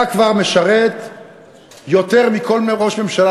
אתה כבר משרת יותר מכל ראש ממשלה,